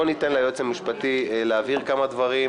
בואו ניתן ליועץ המשפטי להבהיר כמה דברים,